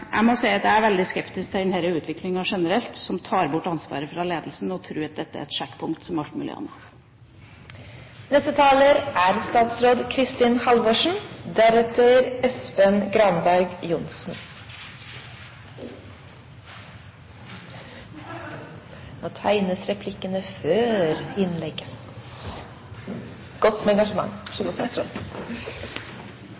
Jeg må si at jeg er veldig skeptisk til denne utviklinga generelt, der men tar bort ansvaret fra ledelsen som tror at dette er et sjekkpunkt som alt mulig annet. La meg først kommentere noe av det man er